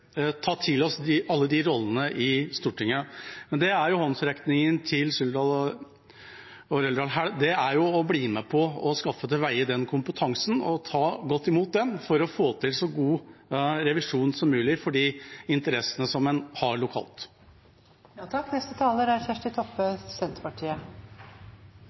håndsrekningen til Suldal og Røldal her er jo å bli med på å skaffe til veie den kompetansen og ta godt imot den, for å få til en så god revisjon som mulig for de interessene en har